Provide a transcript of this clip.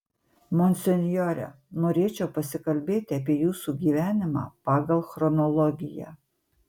monsinjore norėčiau pasikalbėti apie jūsų gyvenimą pagal chronologiją